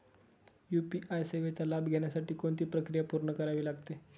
UPI सेवेचा लाभ घेण्यासाठी कोणती प्रक्रिया पूर्ण करावी लागते?